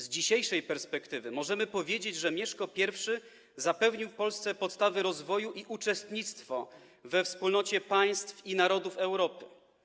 Z dzisiejszej perspektywy możemy powiedzieć, że Mieszko I zapewnił Polsce podstawy rozwoju i uczestnictwo we wspólnocie państw i narodów Europy.